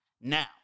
Now